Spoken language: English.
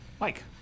Mike